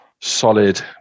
solid